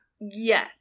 Yes